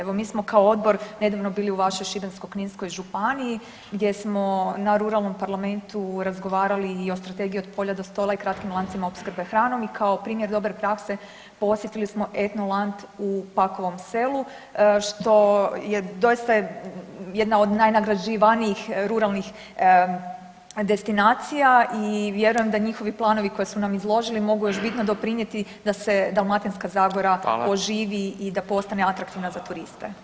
Evo mi smo kao odbor nedavno bili u vašoj Šibensko-kninskoj županiji gdje smo na ruralnom parlamentu razgovarali o Strategiji od polja do stola i kratkim lancima opskrbom hranom i kao primjer dobre prakse posjetili smo Etnoland u Pakovom Selu što je doista jedna od najnagrađivanijih ruralnih destinacija i vjerujem da njihovi planovi koje su nam izložili mogu još bitno doprinijeti da se Dalmatinska Zagora [[Upadica Radin: Hvala.]] i da postane atraktivna za turiste.